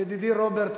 ידידי רוברט,